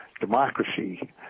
democracy